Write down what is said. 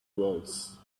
walls